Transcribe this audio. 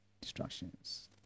Distractions